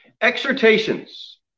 Exhortations